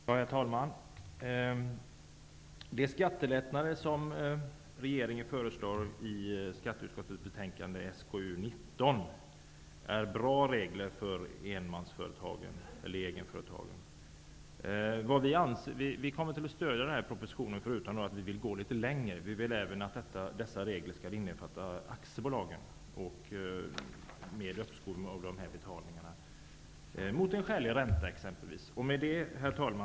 Herr talman! De skattelättnader som regeringen föreslår i skatteutskottets betänkande SkU19 är bra regler för egenföretagen. Vi kommer att stödja propositionen, men vi kommer att gå litet längre. Vi tycker nämligen att reglerna om uppskov med betalningarna -- mot skälig ränta -- även skall omfatta aktiebolagen.